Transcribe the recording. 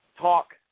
talk